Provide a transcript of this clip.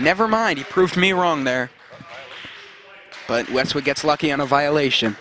never mind you prove me wrong there but once we get lucky on a violation